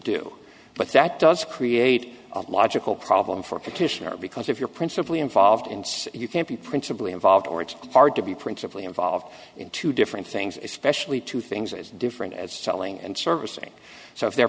do but that does create a logical problem for petitioner because if you're principally involved in you can't be principally involved or it's hard to be principally involved in two different things especially two things as different as selling and servicing so if they're